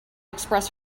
express